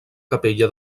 capella